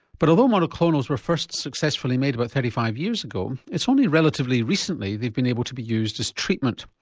but although monoclonals were first successfully made about thirty five years ago it's only relatively recently they've been able to be used as treatment.